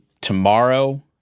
tomorrow